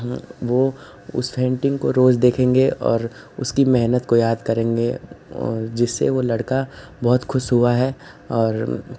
वो उस पेंटिंग को रोज देखेंगे और उसकी मेहनत को याद करेंगे जिससे वो लड़का बहुत खुश हुआ है और